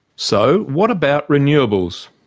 so what about renewables?